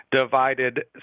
divided